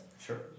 Sure